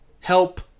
help